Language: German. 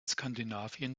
skandinavien